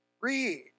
read